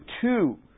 two